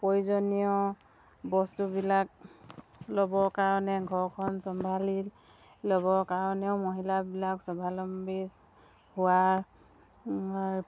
প্ৰয়োজনীয় বস্তুবিলাক ল'বৰ কাৰণে ঘৰখন চম্ভালি ল'বৰ কাৰণেও মহিলাবিলাক স্বাৱলম্বী হোৱাৰ হোৱাৰ